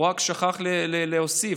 הוא רק שכח להוסיף,